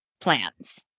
plans